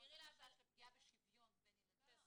תסבירי לה, אבל, שזו פגיעה בשוויון בין ילדים.